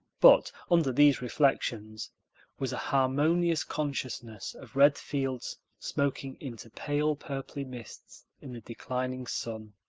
but under these reflections was a harmonious consciousness of red fields smoking into pale-purply mists in the declining sun,